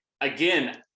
Again